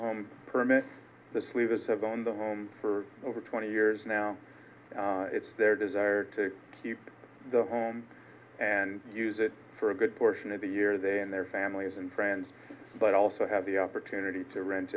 home permit this leave us have owned a home for over twenty years now it's their desire to keep the home and use it for a good portion of the year they and their families and friends but also have the opportunity to rent